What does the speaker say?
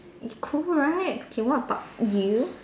eh cool right okay what about you